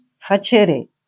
facere